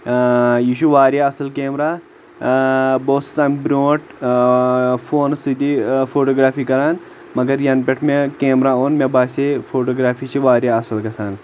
اں یہِ چھُ واریاہ اصٕل کیمرا اں بہٕ اوسُس امہِ برونٛٹھ اں فونہٕ سۭتی فوٹوگرافی کران مگر ینہٕ پٮ۪ٹھ مےٚ کیمرا اوٚن مےٚ باسے فوٹوگرافی چھِ واریاہ اصٕل گژھان